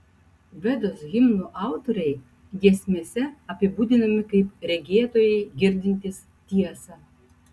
vedos himnų autoriai giesmėse apibūdinami kaip regėtojai girdintys tiesą